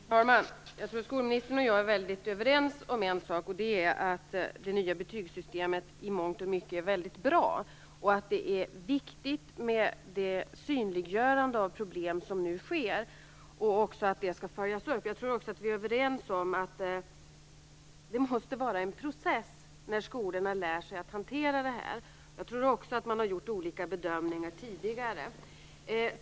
Fru talman! Jag tror att skolministern och jag är väldigt överens om en sak, och det är att det nya betygssystemet i mångt och mycket är väldigt bra. Det är viktigt med det synliggörande av problem som nu sker. Det skall följas upp. Jag tror också att vi är överens om att det måste vara en process när skolorna lär sig att hantera det här. Jag tror också att man har gjort olika bedömningar tidigare.